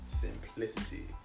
Simplicity